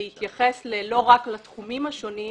להתייחס לא רק לתחומים השונים,